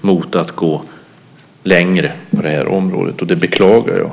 mot att gå längre på det här området, och det beklagar jag.